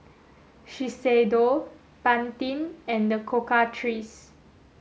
Shiseido Pantene and the Cocoa Trees